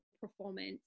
performance